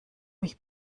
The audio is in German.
mich